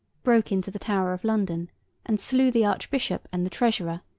broke into the tower of london and slew the archbishop and the treasurer,